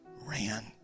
Ran